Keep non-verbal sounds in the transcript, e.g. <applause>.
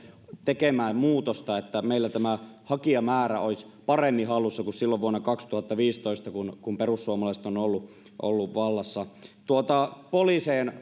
tekemään muutosta että meillä tämä hakijamäärä olisi paremmin hallussa kuin silloin vuonna kaksituhattaviisitoista kun kun perussuomalaiset ovat olleet vallassa poliisien <unintelligible>